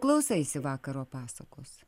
klausaisi vakaro pasakos